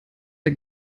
der